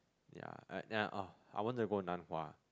ya then I uh I wanted to go Nan-Hua